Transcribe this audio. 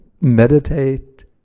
meditate